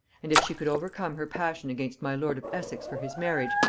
and if she could overcome her passion against my lord of essex for his marriage,